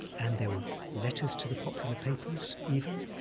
and there were letters to the popular papers, even,